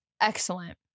Excellent